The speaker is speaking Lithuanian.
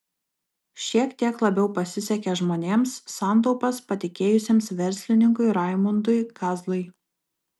šiek tiek labiau pasisekė žmonėms santaupas patikėjusiems verslininkui raimundui kazlai